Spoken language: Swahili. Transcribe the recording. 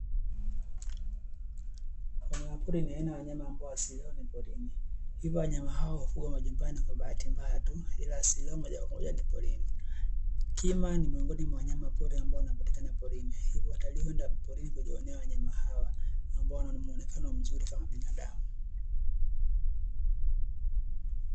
Wanyama pori ni aina ya wanyama ambayo asili ni porini hivyo wanyama hao hufugwa majumbani kwa bahati mbaya tu ila asili yao moja kwa moja ni porini. kima ni moja ya wanyama wanao patikana porini hivyo watalii huenda porini kujionea wanyama hawa ambao asili yao ni nzuri kama binadamu.